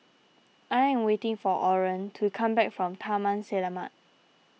I am waiting for Orren to come back from Taman Selamat